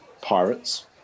pirates